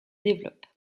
développent